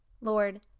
Lord